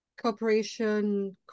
Cooperation